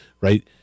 right